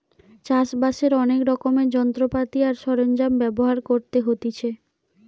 চাষ বাসের অনেক রকমের যন্ত্রপাতি আর সরঞ্জাম ব্যবহার করতে হতিছে